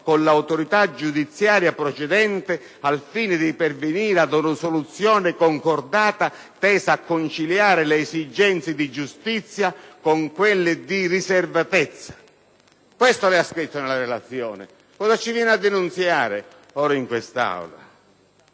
con l'autorità giudiziaria procedente, al fine di pervenire a una soluzione concordata tesa a conciliare le esigenze di giustizia con quelle di riservatezza». Questo lei ha scritto nella relazione. Cosa ci viene a denunziare ora in quest'Aula,